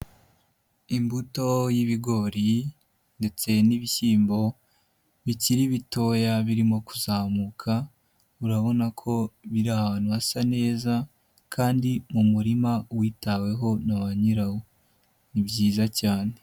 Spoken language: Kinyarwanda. Imbuto y'ibigori ndetse n'ibishyimbo bikiri bitoya birimo kuzamuka, urabona ko biri ahantu hasa neza kandi mu murima witaweho na ba nyirawo ni byiza cyane.